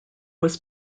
was